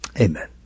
amen